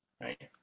right